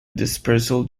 dispersal